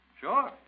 Sure